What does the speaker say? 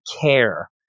care